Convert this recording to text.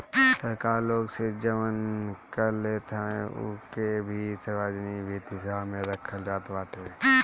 सरकार लोग से जवन कर लेत हवे उ के भी सार्वजनिक वित्त हिसाब में रखल जात बाटे